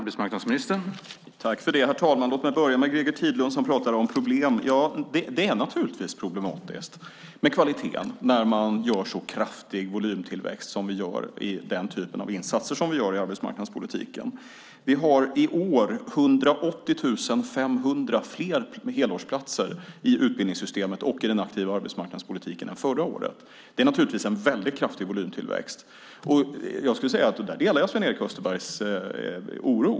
Herr talman! Låt mig börja med att bemöta Greger Tidlund som pratar om problem. Ja, det är naturligtvis problematiskt med kvaliteten när man gör en så kraftig volymökning som vi gör i de insatser som vi gör inom arbetsmarknadspolitiken. Vi har i år 180 500 fler helårsplatser i utbildningssystemet och i den aktiva arbetsmarknadspolitiken än förra året. Det är en väldigt kraftig volymtillväxt. Jag skulle vilja säga att jag delar Sven-Erik Österbergs oro.